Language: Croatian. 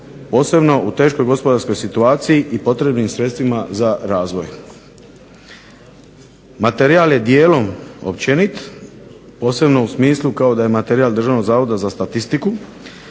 posebno u teškoj gospodarskoj situaciji i potrebnim sredstvima za razvoj. Materijal je dijelom općenit posebno u smislu kao da je materijal Državnog zavoda za statistiku